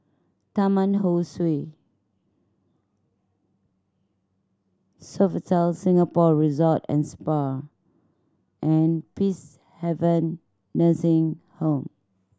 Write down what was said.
Taman Ho Swee Sofitel Singapore Resort and Spa and Peacehaven Nursing Home